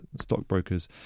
stockbrokers